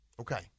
Okay